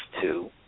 two